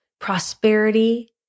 prosperity